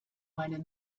meine